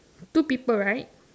two people right